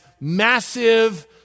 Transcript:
massive